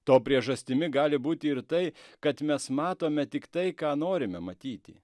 to priežastimi gali būti ir tai kad mes matome tik tai ką norime matyti